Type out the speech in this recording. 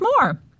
more